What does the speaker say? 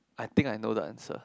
I think I know the answer